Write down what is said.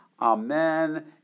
Amen